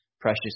Precious